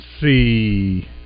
see